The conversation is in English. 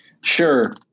Sure